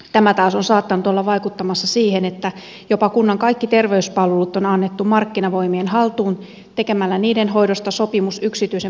tämä taas on saattanut olla vaikuttamassa siihen että jopa kaikki kunnan terveyspalvelut on annettu markkinavoimien haltuun tekemällä niiden hoidosta sopimus yksityisen palveluntuottajan kanssa